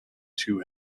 two